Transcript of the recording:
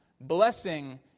blessing